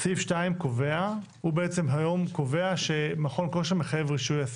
סעיף 2 בעצם היום קובע שמכון כושר מחייב רישיון עסק.